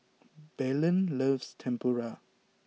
Belen loves Tempura